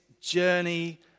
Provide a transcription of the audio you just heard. journey